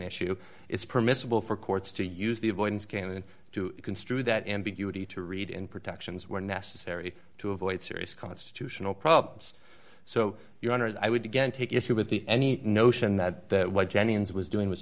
issue it's permissible for courts to use the avoidance game and to construe that ambiguity to read in protections were necessary to avoid serious constitutional problems so your honor i would again take issue with the any notion that what jennings was doing was